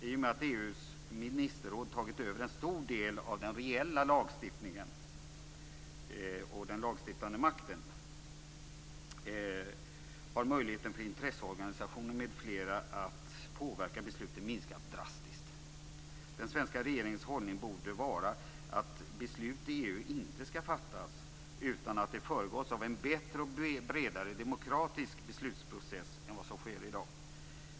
I och med att EU:s ministerråd tagit över en stor del av den reella lagstiftningen och den lagstiftande makten har möjligheten för intresseorganisationer m.fl. att påverka besluten minskat drastiskt. Den svenska regeringens hållning borde vara att beslut i EU inte skall fattas utan att de föregåtts av en bättre och bredare demokratisk beslutsprocess än vad som sker i dag.